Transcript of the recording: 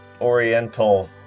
Oriental